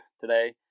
today